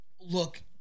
look